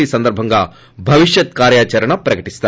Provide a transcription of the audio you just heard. ఈ సందర్బంగా భవిష్యత్ కార్యాచరణ ప్రకటిస్తారు